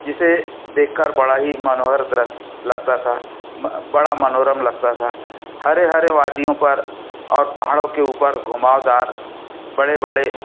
जिसे देख कर बड़ा ही मनोहर दृश्य लगता था बड़ा मनोरम लगता था हरे हरे वादियों पर और पहाड़ों के ऊपर घुमाव दार बड़े बड़े